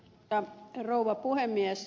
arvoisa rouva puhemies